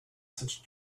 such